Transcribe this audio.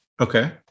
Okay